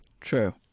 True